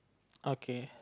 okay